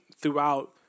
throughout